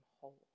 whole